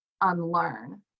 unlearn